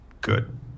good